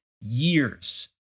years